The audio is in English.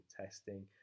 testing